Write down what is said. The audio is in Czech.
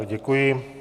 Děkuji.